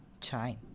time